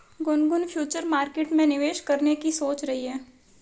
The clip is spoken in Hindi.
गुनगुन फ्युचर मार्केट में निवेश करने की सोच रही है